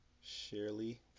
Shirley